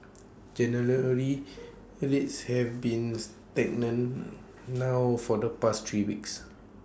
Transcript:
generally have been stagnant now for the past three weeks